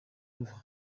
ruhwa